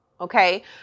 Okay